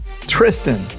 Tristan